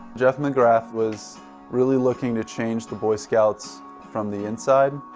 geoff mcgrath was really looking to change the boy scouts from the inside.